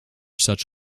such